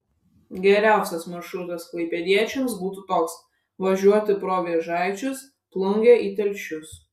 geriausias maršrutas klaipėdiečiams būtų toks važiuoti pro vėžaičius plungę į telšius